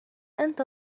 أنت